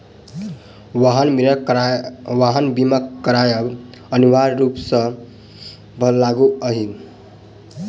वाहन बीमा करायब अनिवार्य रूप सॅ सभ पर लागू अछि